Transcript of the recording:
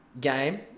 game